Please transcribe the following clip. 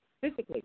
physically